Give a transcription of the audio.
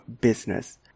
business